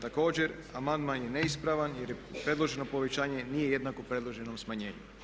Također amandman je neispravan jer predloženo povećanje nije jednako predloženom smanjenju.